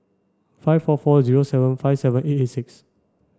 five four four zero seven five seven eight eight six